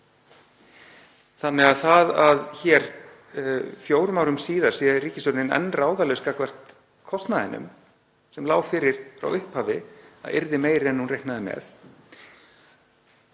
Þannig að það að hér fjórum árum síðar sé ríkisstjórnin enn ráðalaus gagnvart kostnaðinum sem lá fyrir frá upphafi að yrði meiri en reiknað var